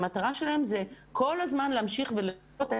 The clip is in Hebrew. שהמטרה שלהם זה כל הזמן להמשיך ללוות.